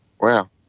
Wow